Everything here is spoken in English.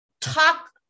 talk